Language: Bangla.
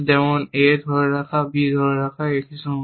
যেমন a ধরে রাখা এবং b ধরে রাখা একই সময়ে